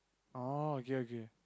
oh okay okay